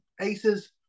aces